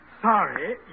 Sorry